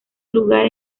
lugar